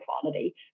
quality